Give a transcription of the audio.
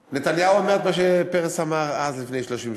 נתניהו אומר מה שפרס אמר אז, לפני 30 שנה.